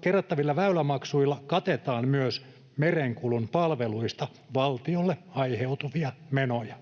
Kerättävillä väylämaksuilla katetaan myös merenkulun palveluista valtiolle aiheutuvia menoja.